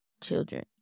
children